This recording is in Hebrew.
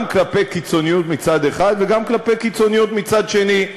גם כלפי קיצוניות מצד אחד וגם כלפי קיצוניות מצד שני.